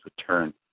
return